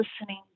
listening